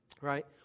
right